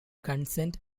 consent